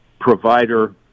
provider